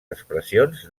expressions